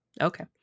Okay